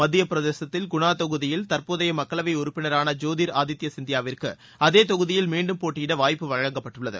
மத்தியப்பிரதேசத்தில் குணா தொகுதியின் தற்போதைய மக்களவை உறுப்பினரான ஜோதிர் ஆதித்ய சிந்தியா விற்கு அதே தொகுதியில் மீண்டும் போட்டியிட வாய்ப்பு வழங்கப்பட்டுள்ளது